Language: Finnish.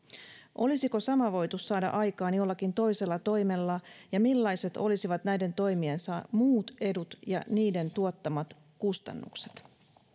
olisiko sama voitu saada aikaan jollakin toisella toimella ja millaiset olisivat näiden toimien muut edut ja niiden tuottamat kustannukset